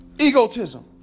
Egotism